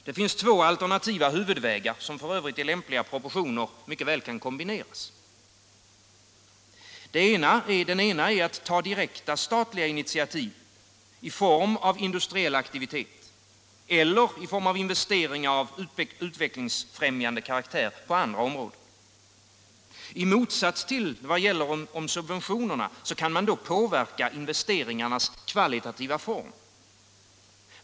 Det finns två alternativa huvudvägar, som f. ö. i lämpliga proportioner kan kombineras. Den ena är att ta direkta statliga initiativ i form av industriell aktivitet eller i form av investeringar av utvecklingsbefräm Nr 92 jande karaktär på andra områden. I motsats till vad som gäller i fråga Onsdagen den om subventionerna kan man då påverka investeringarnas kvalitativa 23 mars 1977 form.